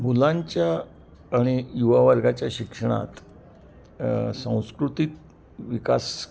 मुलांच्या आणि युवा वर्गाच्या शिक्षणात संस्कृतिक विकास